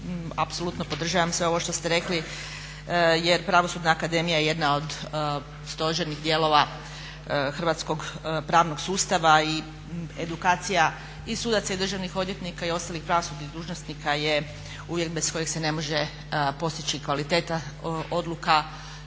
apsolutno podržavam sve ovo što ste rekli jer Pravosudna akademija je jedna od stožernih dijelova hrvatskog pravnog sustava i edukacija i sudaca i državnih odvjetnika i ostalih pravosudnih dužnosnika je uvjet bez kojeg se ne može postići kvaliteta odluka